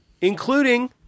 including